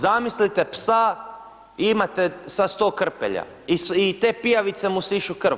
Zamislite psa i imate sad 100 krpelja i te pijavice mu sišu krv.